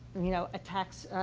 you know, a tax